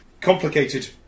complicated